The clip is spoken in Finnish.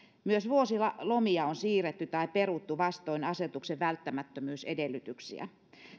myös vuosilomia on siirretty tai peruttu vastoin asetuksen välttämättömyysedellytyksiä